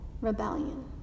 rebellion